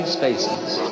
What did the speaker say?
Spaces